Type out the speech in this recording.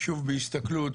שוב בהסתכלות,